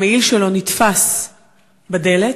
המעיל שלו נתפס בדלת,